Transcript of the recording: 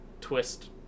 twist